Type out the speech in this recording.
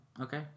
Okay